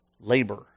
labor